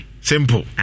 Simple